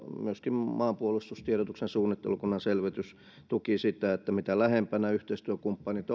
myöskin maanpuolustustiedotuksen suunnittelukunnan selvitys tuki sitä että mitä lähempänä yhteistyökumppanit